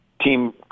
Team